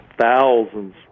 thousands